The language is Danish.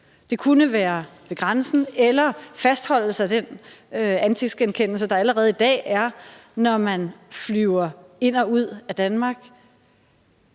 det kunne være ved grænsen eller fastholdelse af den ansigtsgenkendelse, der allerede i dag er, når man flyver ind og ud af Danmark